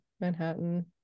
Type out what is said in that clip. manhattan